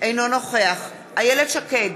אינו נוכח איילת שקד,